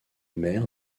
mer